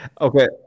okay